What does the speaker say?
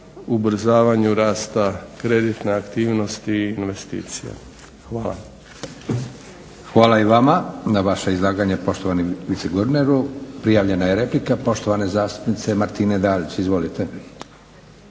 ubrzavanju rasta kreditne aktivnosti i investicija. Hvala.